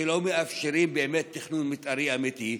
שלא מאפשרים באמת תכנון מתארי אמיתי.